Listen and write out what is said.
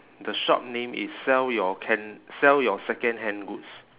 the shop name is sell your can sell your secondhand goods